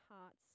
hearts